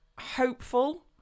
hopeful